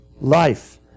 life